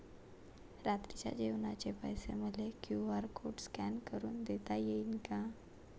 रात्रीच्या जेवणाचे पैसे मले क्यू.आर कोड स्कॅन करून देता येईन का?